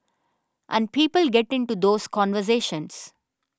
and people get into those conversations